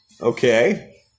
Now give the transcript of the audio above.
Okay